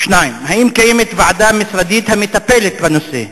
2. האם קיימת ועדה משרדית המטפלת בנושא?